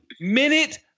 minute